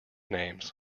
names